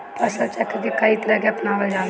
फसल चक्र के कयी तरह के अपनावल जाला?